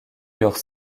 eurent